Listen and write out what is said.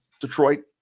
Detroit